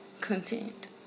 content